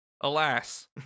alas